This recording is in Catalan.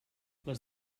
les